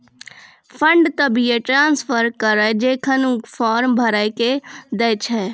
fund तभिये transfer करऽ जेखन ऊ फॉर्म भरऽ के दै छै